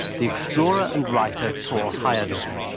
the explorer and writer thor heyerdahl,